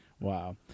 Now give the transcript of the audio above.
Wow